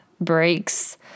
Breaks